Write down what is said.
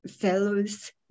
Fellows